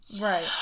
Right